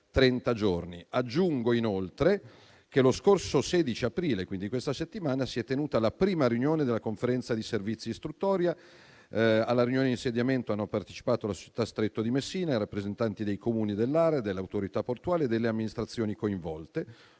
giorni. Aggiungo, inoltre, che lo scorso 16 aprile, quindi questa settimana, si è tenuta la prima riunione della Conferenza di servizi istruttoria. Alla riunione di insediamento hanno partecipato la società Stretto di Messina e rappresentanti dei Comuni dell'area, dell'Autorità portuale e delle amministrazioni coinvolte.